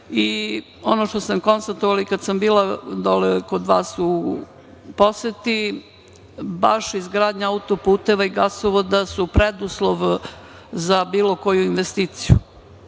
što sam konstatovala i kad sam bila dole kod vas u poseti, baš izgradnja autoputeva i gasovoda su preduslov za bilo koju investiciju,